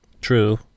true